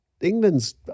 England's